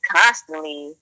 constantly